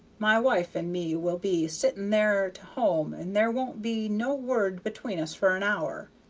my wife and me will be sitting there to home and there won't be no word between us for an hour,